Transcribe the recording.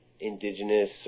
indigenous